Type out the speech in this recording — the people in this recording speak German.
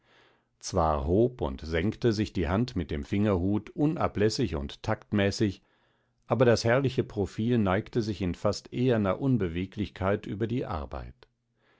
zwar hob und senkte sich die hand mit dem fingerhut unablässig und taktmäßig aber das herrliche profil neigte sich in fast eherner unbeweglichkeit über die arbeit